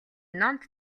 номд